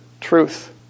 truth